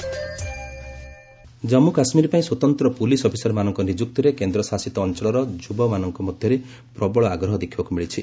JK SPO Jammu Kashmir ପାଇଁ ସ୍ୱତନ୍ତ୍ର police ଅଫିସରମାନଙ୍କ ନିଯୁକ୍ତିରେ କେନ୍ଦ୍ରଶାସିତ ଅଞ୍ଚଳର ଯୁବାମାନଙ୍କ ମଧ୍ୟରେ ପ୍ରବଳ ଆଗ୍ରହ ଦେଖିବାକୁ ମିଳିଛି